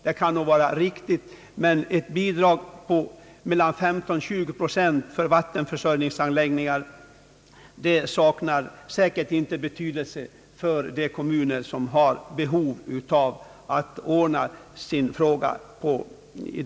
Det kan vara riktigt, men ett bidrag på 15— 20 procent för vattenförsörjningsanläggningar saknar säkert inte betydelse för de kommuner som har behov av att ordna denna fråga.